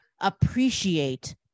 appreciate